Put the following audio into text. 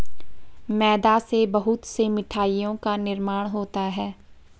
मैदा से बहुत से मिठाइयों का निर्माण होता है